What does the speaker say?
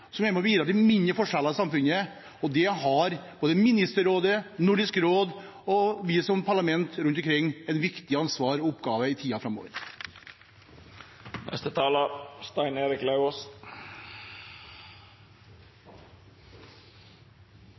som er med på å bidra til mindre forskjeller i samfunnet. Der har både Ministerrådet, Nordisk råd og parlamentene rundt omkring et viktig ansvar og en viktig oppgave